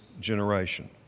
generation